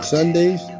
Sundays